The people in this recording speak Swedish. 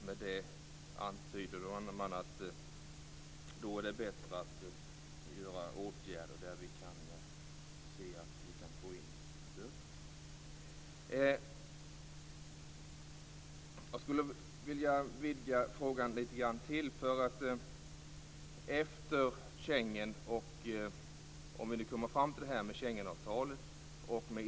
Med det antyder man att det är bättre att vidta åtgärder där man kan se att man får in böterna. Jag skulle vilja vidga frågan lite till och komma fram till Schengenavtalet och EU.